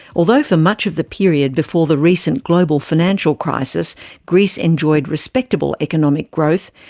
although for much of the period before the recent global financial crisis greece enjoyed respectable economic growth,